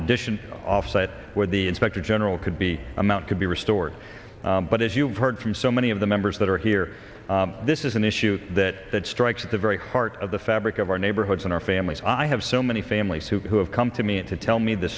addition offsite with the inspector general could be amount could be restored but as you've heard from so many of the members that are here this is an issue that that strikes at the very heart of the fabric of our neighborhoods and our families i have so many families who have come to me to tell me the